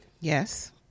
Yes